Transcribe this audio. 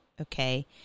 okay